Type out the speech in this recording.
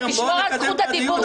אתה תשמור על זכות הדיבור שלי.